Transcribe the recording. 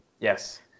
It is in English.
Yes